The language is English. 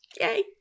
Yay